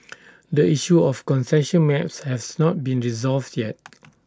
the issue of concession maps has not been resolved yet